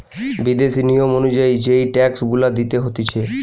বিদেশি নিয়ম অনুযায়ী যেই ট্যাক্স গুলা দিতে হতিছে